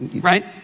Right